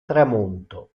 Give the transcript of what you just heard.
tramonto